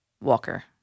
Walker